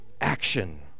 action